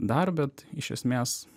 dar bet iš esmės